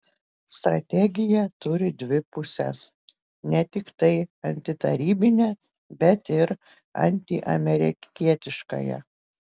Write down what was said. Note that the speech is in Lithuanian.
strategija turi dvi puses ne tiktai antitarybinę bet ir antiamerikietiškąją